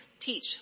teach